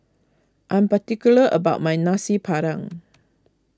I am particular about my Nasi Padang